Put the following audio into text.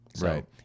Right